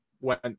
went